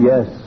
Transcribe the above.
Yes